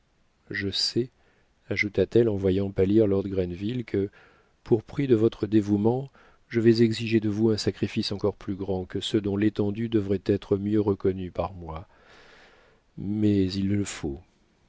je sais ajouta-t-elle en voyant pâlir lord grenville que pour prix de votre dévouement je vais exiger de vous un sacrifice encore plus grand que ceux dont l'étendue devrait être mieux reconnue par moi mais il le faut